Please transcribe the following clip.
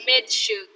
Mid-shoot